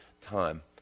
time